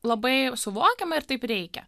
labai suvokiama ir taip reikia